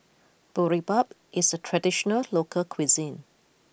Boribap is a traditional local cuisine